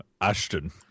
Ashton